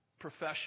profession